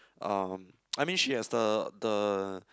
uh I mean she has the the